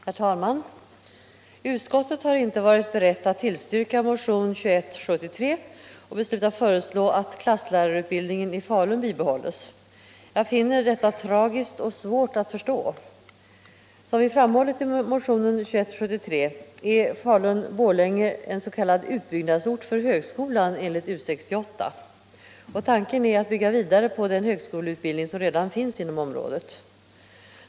Herr talman! Utskottet har inte varit berett att tillstyrka motion 2173 om att klasslärarutbildningen i Falun skall bibehållas. Jag finner detta tragiskt och svårt att förstå. Som vi framhållit i motionen är Falun-Borlänge en s.k. utbyggnadsort för högskolan enligt U 68. Tanken är att man skall bygga vidare på den högskoleutbildning som redan finns inom området.